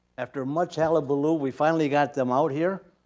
after much hullabaloo we finally got them out here.